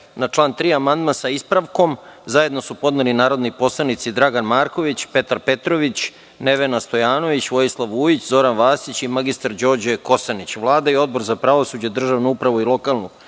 član 3. amandman sa ispravkom zajedno su podneli narodni poslanici Dragan Marković, Petar Petrović, Nevena Stojanović, Vojislav Vujić, Zoran Vasić i mr Đorđe Kosanić. Vlada i Odbor za pravosuđe, državnu upravu i lokalnu